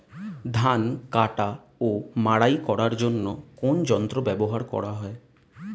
ধান কাটা ও মাড়াই করার জন্য কোন যন্ত্র ব্যবহার করা হয়?